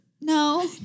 no